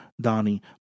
Donnie